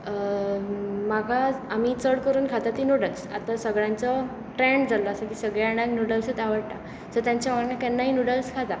म्हाका आमी चड करून खाता ती नुडल्स आतां सगळ्यांचो ट्रँड जाल्लो आसा की सगळे जाणांक नुडल्सूच आवडटा सो तांच्या वांगडा केन्नाय नुडल्स खातां